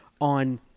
on